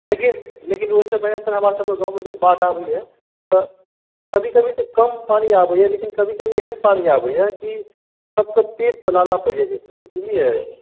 लेकिन लेकिन ओहिसँ बढ़ियाँ सर जब हमरा सभके गाँवमे बाढ़ि आबैया तऽ कभी कभी तऽ कम पानी आबैया लेकिन कभी कभी एहन बाढ़ि आबैया कि सभके पेट पर लाला पड़ि जाइ छै सर बुझलियै